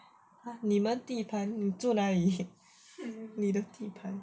!huh! 你们地盘你住哪里你的地盘